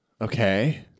Okay